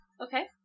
Okay